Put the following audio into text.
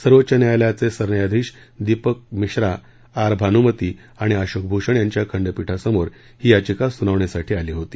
सर्वोच्च न्यायालयाच्या सरन्यायाधीश दिपक मिश्रा आर भानुमती आणि अशोक भूषण यांच्या खंडपीठासमोर ही याचिका सुनावणीसाठी आली होती